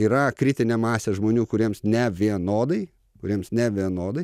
yra kritinė masė žmonių kuriems nevienodai kuriems nevienodai